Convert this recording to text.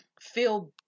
feel